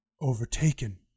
overtaken